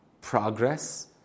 progress